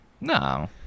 No